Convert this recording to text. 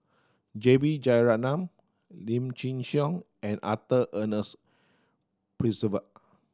J B Jeyaretnam Lim Chin Siong and Arthur Ernest Percival